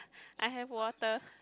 I have water